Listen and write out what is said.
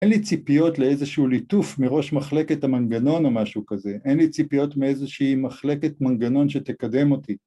‫אין לי ציפיות לאיזשהו ליטוף ‫מראש מחלקת המנגנון או משהו כזה. ‫אין לי ציפיות מאיזושהי מחלקת ‫מנגנון שתקדם אותי.